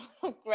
great